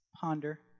ponder